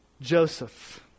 joseph